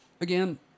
again